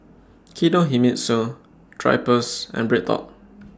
Kinohimitsu Drypers and BreadTalk